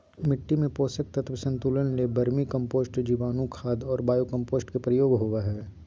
मिट्टी में पोषक तत्व संतुलन ले वर्मी कम्पोस्ट, जीवाणुखाद और बायो कम्पोस्ट के प्रयोग होबो हइ